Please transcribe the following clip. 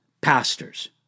pastors